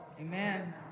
Amen